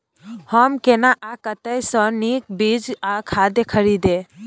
हम केना आ कतय स नीक बीज आ खाद खरीदे?